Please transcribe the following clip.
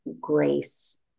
grace